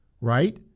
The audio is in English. right